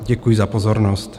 Děkuji za pozornost.